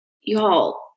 y'all